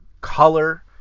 color